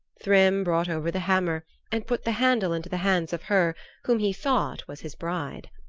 thrym brought over the hammer and put the handle into the hands of her whom he thought was his bride.